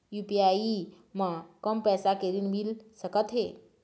UPI म कम पैसा के ऋण मिल सकथे?